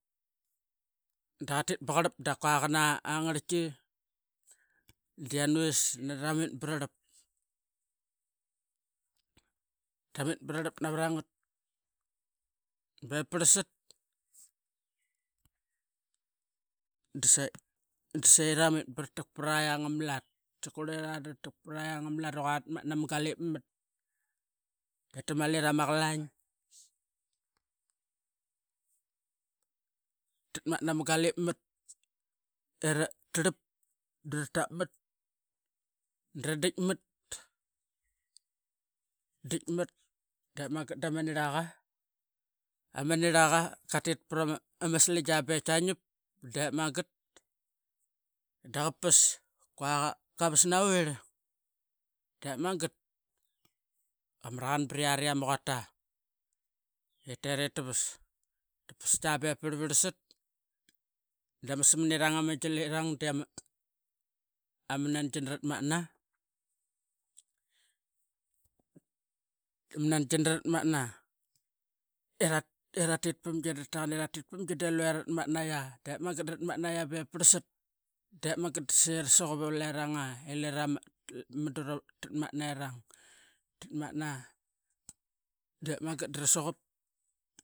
Da qatit kua qana angarlki dianavis ramit brarlap. Tamit brarlap nava rangat, be parlsat dese ramit bratak praiang ama lat tikuqurlira dava tak praiang i gua ratakmat nama galip mat etamali rama qalango. Tatmatna ma galipmat erarlp da ra tap mat dit mat, ditmat dep magat da ma nir laqa ama nir laqa katit prama sligia ba ianip dep magat, da qa pas ku a qa qavas navirl dep magat da qa mara qan braiart ama quata eterip tapas tia be parlvarl sat dama samanirang ama dilirang de ama ama nangina ratmatna. Amananina ratmatna era eratit pamgi delue rat matnata dep magat dramat naia be parlsat dep magat dise rasuqup leranga ilirama i madu tatmatna, dep magat dra suqup.